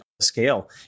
scale